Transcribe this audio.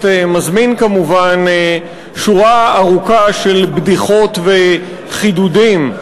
מזמין כמובן שורה ארוכה של בדיחות וחידודים.